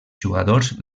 jugadors